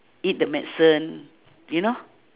eat the medicine you know